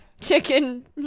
Chicken